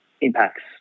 impacts